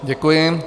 Děkuji.